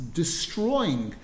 destroying